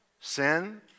Sin